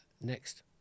next